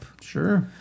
Sure